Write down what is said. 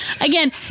Again